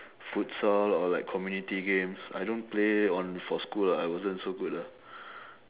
futsal or like community games I don't play on for school lah I wasn't so good lah